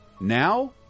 now